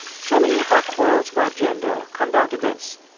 so many of our quarrels about gender come down to this.